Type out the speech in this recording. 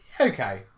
Okay